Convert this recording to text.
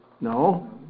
No